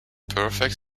perfect